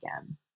again